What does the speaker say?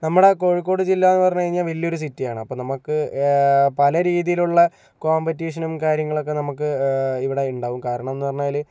നമ്മുടെ കോഴിക്കോട് ജില്ലയെന്ന് പറഞ്ഞു കഴിഞ്ഞാൽ വല്ലിയൊരു സിറ്റിയാണ് അപ്പോൾ നമുക്ക് പല രീതിയിലുള്ള കോമ്പറ്റീഷനും കാര്യങ്ങളൊക്കെ നമുക്ക് ഇവിടെ ഉണ്ടാവും കാരണമെന്ന് പറഞ്ഞാൽ